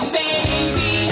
baby